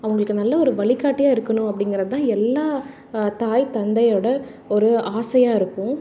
அவங்களுக்கு நல்ல ஒரு வழிகாட்டியா இருக்கணும் அப்படிங்கிறது தான் எல்லா தாய் தந்தையோடய ஒரு ஆசையாக இருக்கும்